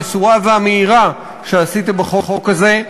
המסורה והמהירה שעשית בחוק הזה.